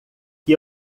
que